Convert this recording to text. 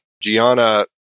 Gianna